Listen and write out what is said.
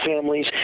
families